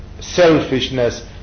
selfishness